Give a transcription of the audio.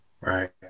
Right